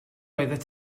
oeddet